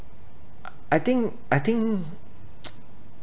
I I think I think